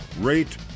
rate